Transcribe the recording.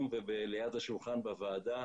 ב-זום וליד השולחן בוועדה,